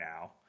now